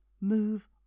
move